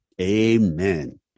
Amen